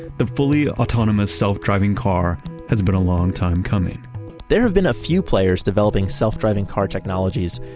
the fully autonomous self-driving car has been a long time coming there have been a few players developing self-driving car technologies,